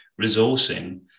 resourcing